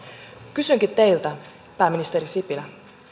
kysynkin teiltä pääministeri sipilä